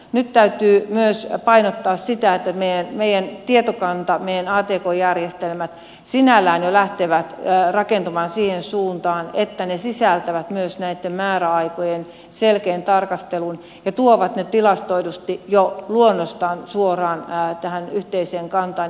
nyt täytyy myös painottaa sitä että meidän tietokanta atk järjestelmät sinällään jo lähtevät rakentumaan siihen suuntaan että ne sisältävät myös näitten määräaikojen selkeän tarkastelun ja tuovat ne tilastoidusti jo luonnostaan suoraan tähän yhteiseen kantaan